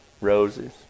roses